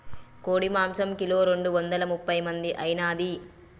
కోడి మాంసం కిలో రెండు వందల ముప్పై మంది ఐనాది